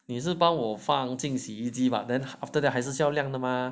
你是帮我放进洗衣机 but after that 还是要亮的吗